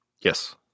Yes